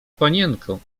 panienką